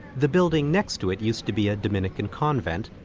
the building next to it used to be a dominican convent,